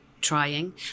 trying